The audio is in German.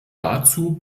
dazu